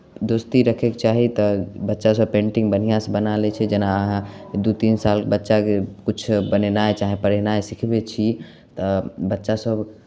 दोस्ती रखयके चाही तऽ बच्चासभ पेन्टिंग बढ़िआँसँ बना लै छै जेना अहाँ दू तीन साल बच्चाकेँ किछु बनेनाइ चाहे पढ़ेनाइ सिखबै छी तऽ बच्चासभ